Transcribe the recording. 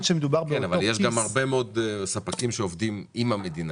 אבל יש גם הרבה מאוד ספקים שעובדים עם המדינה,